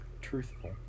truthful